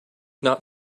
not